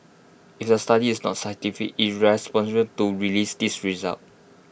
if the study is not scientific irresponsible to release these results